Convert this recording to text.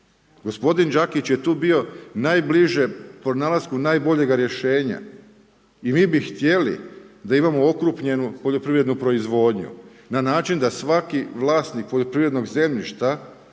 gospodin Đakić je tu bio najbliže pronalasku najboljega rješenja. Mi bi htjeli da imamo okrupnjelu proizvodnju na način da svaki vlasnik poljoprivrednog zemljišta